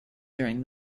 during